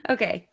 Okay